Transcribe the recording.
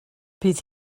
bydd